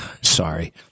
Sorry